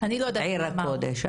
עיר הקודש.